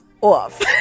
off